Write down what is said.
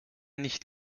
nicht